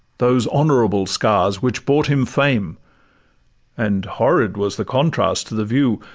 those honourable scars which brought him fame and horrid was the contrast to the view